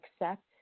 accept